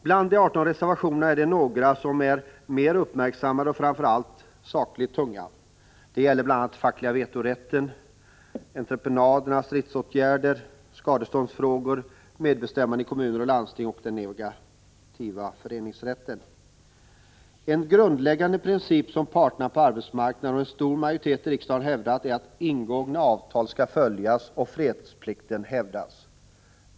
Bland de 18 reservationerna är det några som är mer uppmärksammade och framför allt sakligt tunga. De gäller bl.a. den fackliga vetorätten, entreprenader, stridsåtgärder, skadeståndsfrågor, medbestämmande i kommuner och landsting och den negativa föreningsrätten. En grundläggande princip som parterna på arbetsmarknaden och en stor majoritet i riksdagen har hävdat är att ingångna avtal skall följas och fredsplikten respekteras.